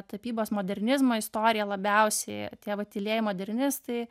tapybos modernizmo istorija labiausiai tie va tylieji modernistai